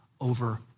over